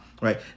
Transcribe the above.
right